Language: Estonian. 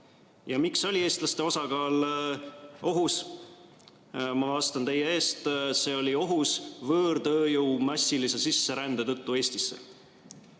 Miks oli eestlaste osakaal ohus? Ma vastan teie eest. See oli ohus võõrtööjõu massilise sisserände tõttu Eestisse.